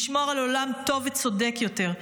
לשמור על עולם טוב וצודק יותר.